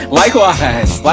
likewise